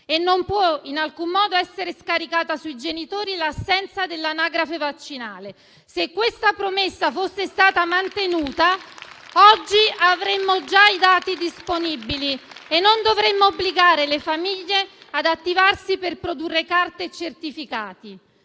e non può in alcun modo essere scaricata sui genitori, in assenza dell'anagrafe vaccinale. *(Applausi dal Gruppo M5S).* Se questa promessa fosse stata mantenuta, oggi avremmo già i dati disponibili e non dovremmo obbligare le famiglie ad attivarsi per produrre carte e certificati.